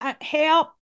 help